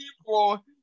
people